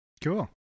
Cool